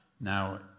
Now